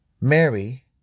Mary